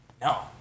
No